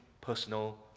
personal